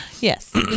Yes